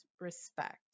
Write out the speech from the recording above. respect